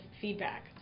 feedback